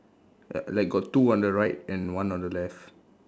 like like got two on the right and one on the left